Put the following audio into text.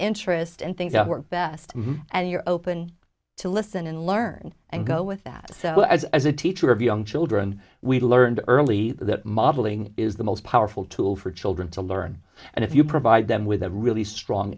interest and things that work best and you're open to listen and learn and go with that as as a teacher of young children we learned early that modeling is the most powerful tool for children to learn and if you provide them with a really strong